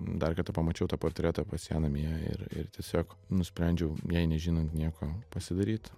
dar kartą pamačiau tą portretą pas ją namie ir ir tiesiog nusprendžiau jai nežinant nieko pasidaryt